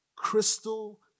Crystal